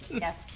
Yes